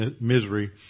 misery